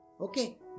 Okay